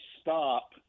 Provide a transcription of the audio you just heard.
stop